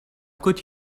could